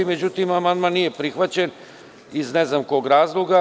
Međutim, amandman nije prihvaćen iz ne znam kog razloga.